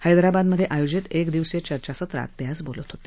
हैदराबादमधे आयोजित एकदिवसीय चर्चासत्रात ते आज बोलत होते